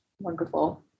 Wonderful